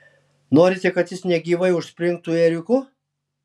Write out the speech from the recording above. norite kad jis negyvai užspringtų ėriuku